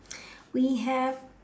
we have